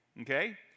okay